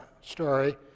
story